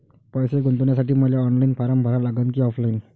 पैसे गुंतन्यासाठी मले ऑनलाईन फारम भरा लागन की ऑफलाईन?